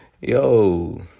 Yo